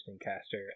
caster